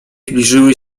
zbliżyły